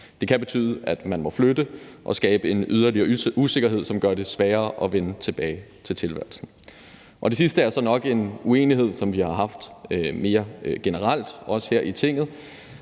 Det kan betyde, at man må flytte, og det vil skabe en yderligere usikkerhed, som gør det sværere at vende tilbage til tilværelsen. Det sidste er så nok en uenighed, som vi har haft mere generelt her i Tinget,